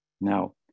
Now